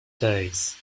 days